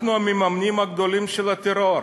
אנחנו המממנים הגדולים של הטרור.